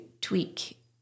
tweak